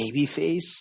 babyface